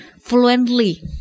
fluently